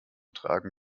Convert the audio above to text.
tragen